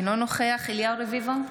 אינו נוכח אליהו רביבו,